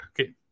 Okay